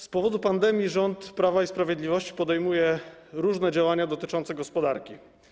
Z powodu pandemii rząd Prawa i Sprawiedliwości podejmuje różne działania dotyczące gospodarki.